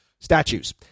statues